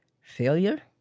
failure